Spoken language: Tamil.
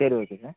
சரி ஓகே சார்